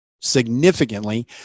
significantly